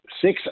Six